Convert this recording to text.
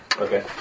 Okay